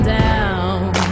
down